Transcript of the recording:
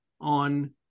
on